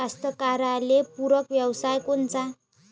कास्तकाराइले पूरक व्यवसाय कोनचा?